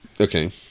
Okay